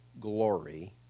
glory